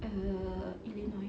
err illinois